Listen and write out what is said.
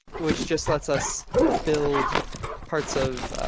which just lets us build parts of